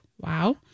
Wow